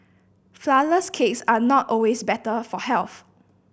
flourless cakes are not always better for health